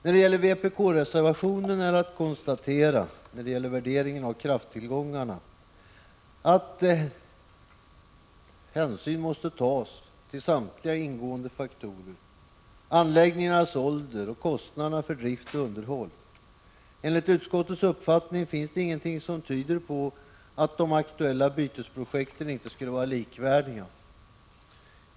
När det gäller vpk-reservationen är att konstatera att när det gäller värderingen av krafttillgångar måste hänsyn tas till samtliga ingående faktorer, exempelvis anläggningarnas ålder och kostnader för drift och underhåll. Enligt utskottets uppfattning finns det ingenting som tyder på att de aktuella bytesobjekten enligt en sådan värdering inte skulle var likvärdiga.